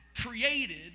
created